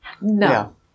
No